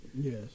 Yes